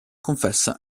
confessa